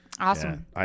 Awesome